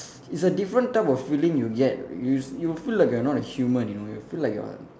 it's a different type of feeling you get you you'll feel like you are not a human you know you feel like you are